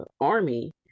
army